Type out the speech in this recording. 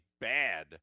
bad